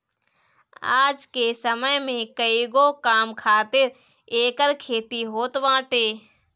आज के समय में कईगो काम खातिर एकर खेती होत बाटे